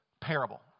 parable